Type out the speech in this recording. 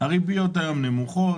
הריביות היום נמוכות,